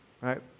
right